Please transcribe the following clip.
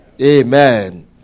Amen